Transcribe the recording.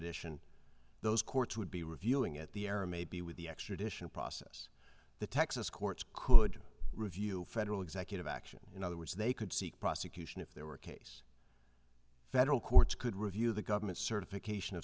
extradition those courts would be reviewing at the era maybe with the extradition process the texas courts could review federal executive action in other words they could seek prosecution if there were a case federal courts could review the government's certification of